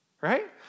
right